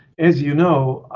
as you know,